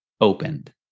opened